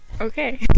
okay